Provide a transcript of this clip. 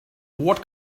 what